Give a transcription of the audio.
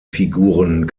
figuren